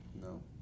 No